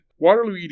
Waterloo